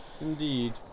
Indeed